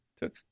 took